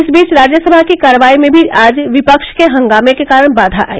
इस बीच राज्यसभा की कार्यवाही में भी आज विपक्ष के हंगामे के कारण बाधा आई